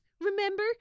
Remember